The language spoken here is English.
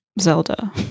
Zelda